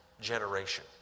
generation